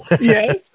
Yes